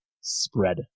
spread